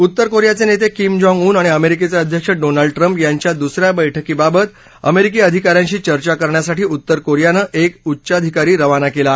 उत्तर कोरियाचे नेते किम जाँग उन आणि अमेरिकेचे अध्यक्ष डोनाल्ड ट्रंप यांच्या दुसऱ्या बैठकीबाबत अमेरिकी अधिकाऱ्यांशी चर्चा करण्यासाठी उत्तर कोरियानं एक उच्च आधिकारी रवाना केला आहे